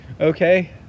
Okay